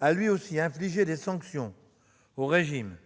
a lui aussi infligé des sanctions au régime.